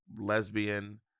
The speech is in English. lesbian